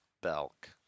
Belk